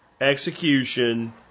execution